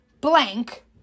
blank